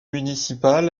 municipal